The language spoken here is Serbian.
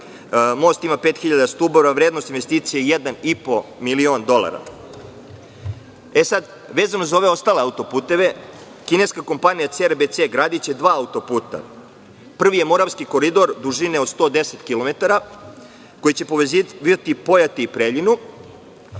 most ima 5.000 stubova, vrednost investicija 1,5 milion dolara. Vezano za ove ostale autoputeve, kineska kompanija CRBC gradiće dva autoputa. Prvi je moravski koridor dužine od 110 kilometara, koji će povezivati Pojate i Preljinu.